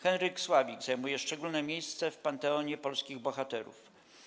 Henryk Sławik zajmuje szczególne miejsce w panteonie polskich bohaterów.